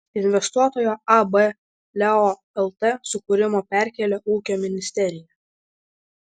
investuotojo ab leo lt sukūrimo perkėlė ūkio ministerija